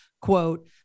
quote